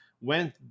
went